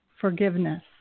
forgiveness